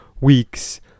weeks